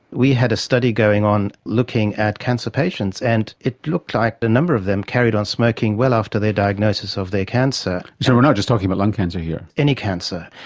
we had a study going on looking at cancer patients, and it looked like a number of them carried on smoking well after their diagnosis of their cancer. so we're not just talking about lung cancer here? any cancer.